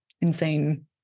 insane